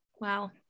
wow